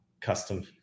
custom